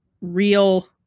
real